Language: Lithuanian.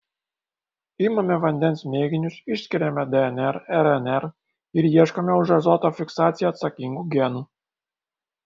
imame vandens mėginius išskiriame dnr rnr ir ieškome už azoto fiksaciją atsakingų genų